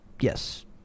yes